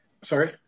Sorry